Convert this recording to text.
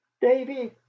davy